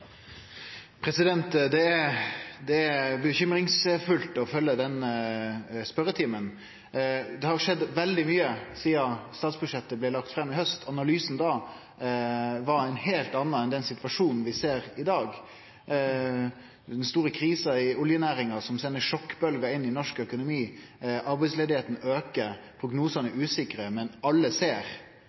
er urovekkjande å følgje denne spørjetimen. Det har skjedd veldig mykje sidan statsbudsjettet blei lagt fram i haust. Analysen da var ein heilt annan enn den situasjonen vi ser i dag, med den store krisa i oljenæringa, som sender sjokkbølgjer inn i norsk økonomi. Arbeidsløysa aukar. Prognosane er usikre, men alle ser